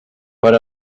per